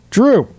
Drew